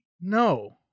No